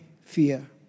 fear